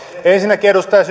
ensinnäkin edustaja